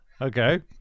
Okay